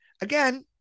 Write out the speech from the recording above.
Again